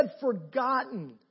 forgotten